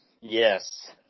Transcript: Yes